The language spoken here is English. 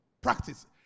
Practice